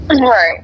Right